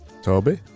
Toby